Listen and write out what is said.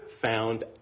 found